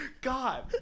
God